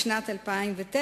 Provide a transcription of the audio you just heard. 2009,